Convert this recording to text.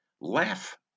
Laugh